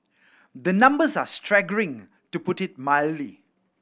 the numbers are staggering to put it mildly